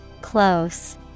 Close